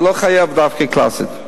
זה לא "חייב דווקא" קלאסי.